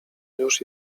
już